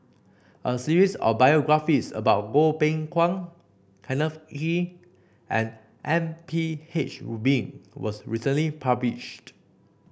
a series of biographies about Goh Beng Kwan Kenneth Kee and M P H Rubin was recently published